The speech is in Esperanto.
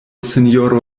sinjoro